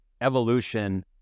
evolution